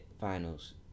finals